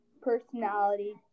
personality